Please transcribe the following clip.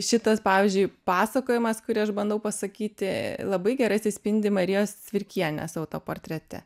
šitas pavyzdžiui pasakojimas kurį aš bandau pasakyti labai gerai atsispindi marijos cvirkienės autoportrete